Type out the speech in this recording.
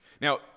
Now